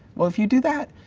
well, if you do that,